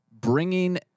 bringing